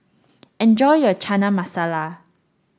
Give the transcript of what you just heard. enjoy your Chana Masala